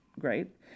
great